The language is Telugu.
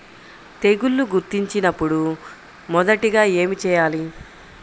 తెగుళ్లు గుర్తించినపుడు మొదటిగా ఏమి చేయాలి?